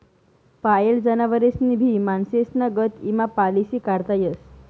पायेल जनावरेस्नी भी माणसेस्ना गत ईमा पालिसी काढता येस